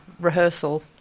rehearsal